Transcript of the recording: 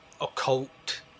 occult